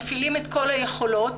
מפעילים את כל היכולות.